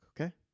Okay